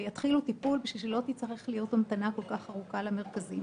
ויתחילו טיפול בשביל שלא תצטרך להיות המתנה כל כך ארוכה למרכזים.